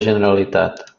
generalitat